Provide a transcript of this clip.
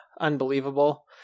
unbelievable